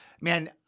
Man